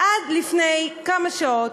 עד לפני כמה שעות,